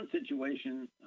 situation